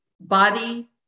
body